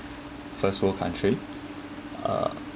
first world country